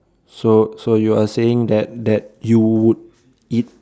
so so you're saying that that you would eat